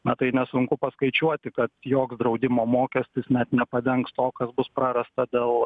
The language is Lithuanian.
na tai nesunku paskaičiuoti kad joks draudimo mokestis net nepadengs to kas bus prarasta dėl